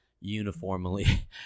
uniformly